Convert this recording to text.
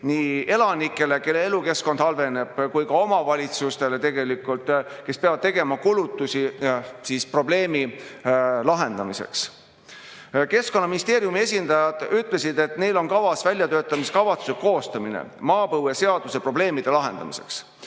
nii elanikele, kelle elukeskkond halveneb, kui ka omavalitsustele, kes peavad tegema kulutusi probleemi lahendamiseks. Keskkonnaministeeriumi esindajad ütlesid, et neil on kavas väljatöötamiskavatsuse koostamine maapõueseaduse probleemide lahendamiseks.